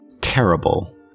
Terrible